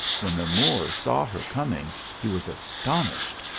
when the moor saw her coming, he was astonished,